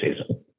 season